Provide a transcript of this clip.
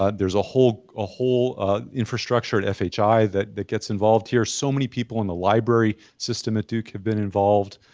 ah there's a ah whole infrastructure at fhi that that gets involved here. so many people in the library system at duke have been involved.